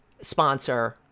sponsor